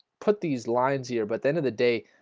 put these lines here, but the end of the day,